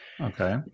Okay